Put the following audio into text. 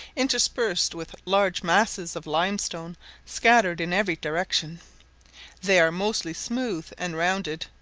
interspersed with large masses of limestone scattered in every direction they are mostly smooth and rounded,